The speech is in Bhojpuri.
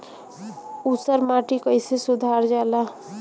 ऊसर माटी कईसे सुधार जाला?